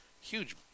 huge